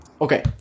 Okay